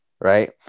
Right